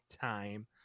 time